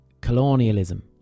colonialism